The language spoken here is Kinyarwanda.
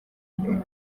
inyuma